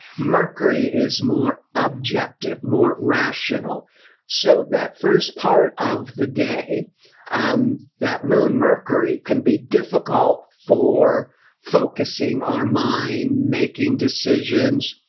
mercury. more objective more rational so that first part of the day um that moon mercury can be difficult for focusing our mind making decisions,